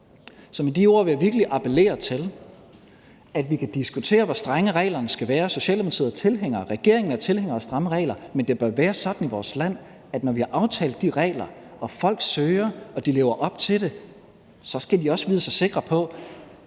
Så med de ord vil jeg virkelig appellere til, at vi kan diskutere, hvor strenge reglerne skal være. Socialdemokratiet og regeringen er tilhængere af stramme regler, men det bør være sådan i vores land, at når vi har aftalt de regler og folk søger og de lever op til det, skal de også vide sig sikre på,